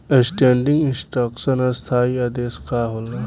Standing instruction स्थाई आदेश का होला?